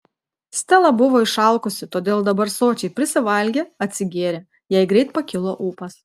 stela buvo išalkusi todėl dabar sočiai prisivalgė atsigėrė jai greit pakilo ūpas